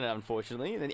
unfortunately